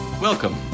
Welcome